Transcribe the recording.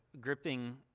gripping